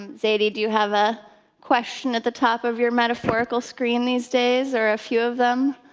um zadie, do you have a question at the top of your metaphorical screen these days, or a few of them?